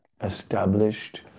established